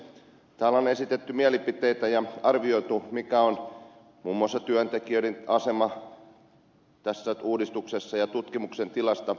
täällä on esitetty mielipiteitä ja arvioitu sitä mikä on muun muassa työntekijöiden asema ja tutkimuksen tila tässä uudistuksessa